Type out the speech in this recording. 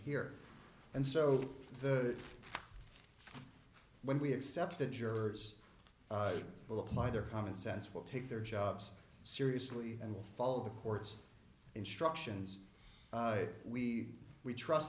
here and so the when we accept the jurors will apply their common sense will take their jobs seriously and will follow the court's instructions we we trust